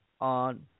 on